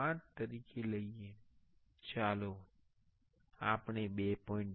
5 તરીકે લઈએ ચાલો આપણે 2